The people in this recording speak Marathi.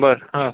बर हं